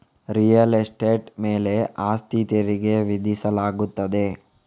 real estate ಮೇಲೆ ಆಸ್ತಿ ತೆರಿಗೆ ವಿಧಿಸಲಾಗುತ್ತದೆ